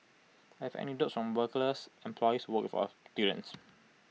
I have anecdotes from employers work for students